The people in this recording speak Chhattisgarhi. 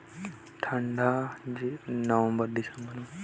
जोंदरी ला कोन सा महीन मां लगथे?